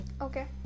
Okay